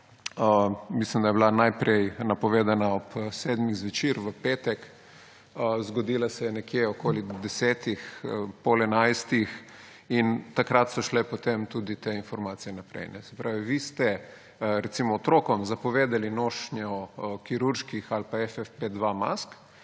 Mislim, da je bila najprej napovedala ob sedmih zvečer, v petek, zgodila se je nekje okoli desetih, pol enajstih, in takrat so šle potem tudi te informacije naprej. Se pravi, vi ste, recimo, otrokom zapovedali nošnjo kirurških ali pa FF52 mask,